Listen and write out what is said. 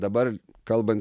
dabar kalbant